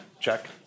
check